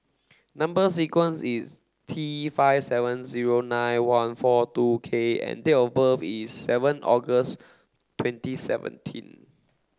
number sequence is T five seven zero nine one four two K and date of birth is seven August twenty seventeen